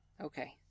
Okay